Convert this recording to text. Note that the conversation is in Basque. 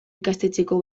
ikastetxeko